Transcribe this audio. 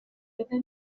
fydden